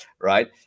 right